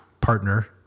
partner